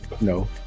No